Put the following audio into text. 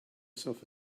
self